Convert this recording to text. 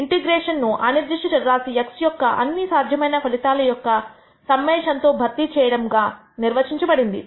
integration ను అనిర్దిష్ట చర రాశి x యొక్క అన్ని సాధ్యమైన ఫలితాలు యొక్క సమ్మేషన్ తో భర్తీ చేయడం గా నిర్వచించ బడినది